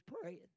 praying